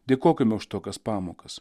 dėkokime už tokias pamokas